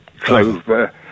Clover